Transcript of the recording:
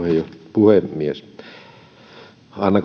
puhemies anna